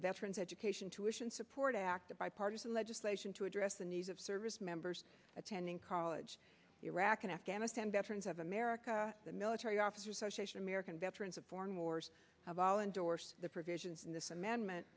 the veterans education tuitions support act the bipartisan legislation to address the needs of servicemembers attending college iraq and afghanistan veterans of america the military officers association american veterans of foreign wars of all indoors the provisions in this amendment